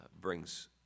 brings